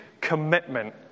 Commitment